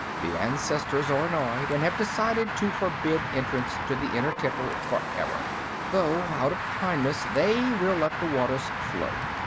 the ancestors are annoyed and have decided to forbid entrance to the inner temple forever though, out of kindness, they will let the waters flow.